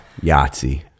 Yahtzee